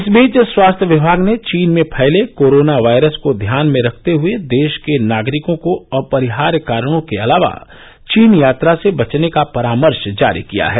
इस बीच स्वास्थ्य विभाग ने चीन में फैले कोरोना वायरस को ध्यान में रखते हुए देश के नागरिकों को अपरिहार्य कारणों के अलावा चीन यात्रा से बचने का परामर्श जारी किया है